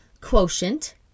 quotient